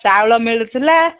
ଚାଉଳ ମିଳୁଥିଲା